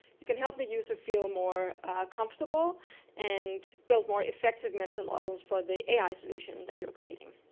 you can help the user feel more comfortable and build more effective mental models for the ai solution that you're creating.